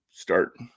start